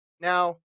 Now